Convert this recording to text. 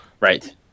Right